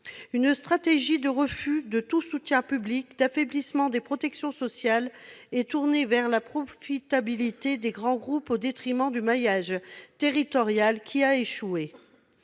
une stratégie de refus de tout soutien public, d'affaiblissement des protections sociales, tournée vers la profitabilité des grands groupes au détriment du maillage territorial, une